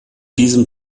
diesem